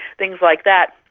things like that.